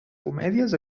comèdies